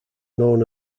known